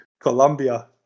Colombia